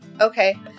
Okay